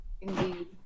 indeed